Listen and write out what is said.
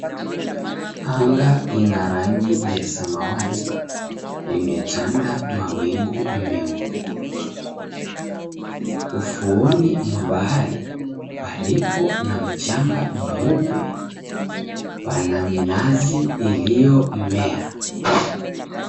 Anga ina rangi ya samawati imetanda mawingu meupe ufuoni mwa bahari palipo na mchanga mweupe. Pana minazi zilizomea.